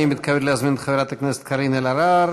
אני מתכבד להזמין את חברת הכנסת קארין אלהרר,